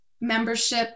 membership